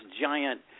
giant –